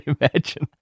imagine